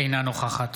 אינה נוכחת